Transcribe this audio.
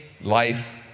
life